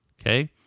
Okay